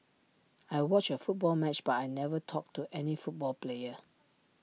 I watched A football match but I never talked to any football player